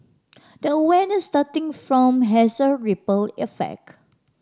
the awareness starting from has a ripple effect